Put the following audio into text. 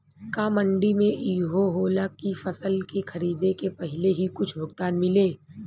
का मंडी में इहो होला की फसल के खरीदे के पहिले ही कुछ भुगतान मिले?